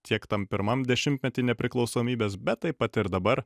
tiek tam pirmam dešimtmety nepriklausomybės bet taip pat ir dabar